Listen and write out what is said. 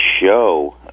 show